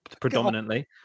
predominantly